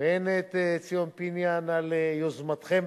והן את ציון פיניאן על יוזמתכם,